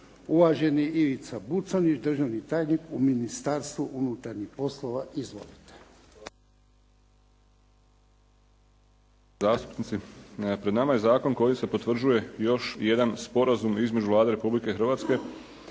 Uvaženi Ivica Buconjić, državni tajnik u Ministarstvu unutarnjih poslova. Izvolite.